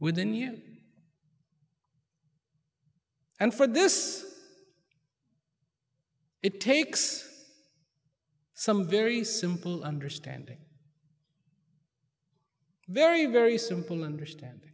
within you and for this it takes some very simple understanding very very simple understand